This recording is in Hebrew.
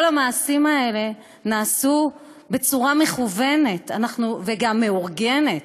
כל המעשים האלה נעשו בצורה מכוונת, וגם מאורגנת.